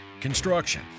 construction